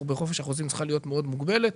בחופש החוזים צריכה להיות מאוד מוגבלת.